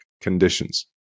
conditions